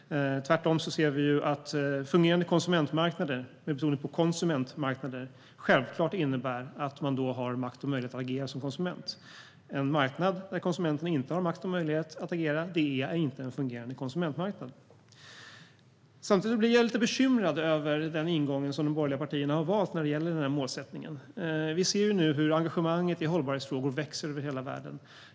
Tvärtom ser vi att fungerande konsumentmarknader, med betoning på konsument marknader, självklart innebär att man har makt och möjlighet att agera som konsument. En marknad där konsumenterna inte har makt och möjlighet att agera är inte en fungerande konsumentmarknad. Samtidigt blir jag lite bekymrad över den ingång de borgerliga partierna har valt när det gäller den här målsättningen. Vi ser ju nu hur engagemanget i hållbarhetsfrågor växer över hela världen.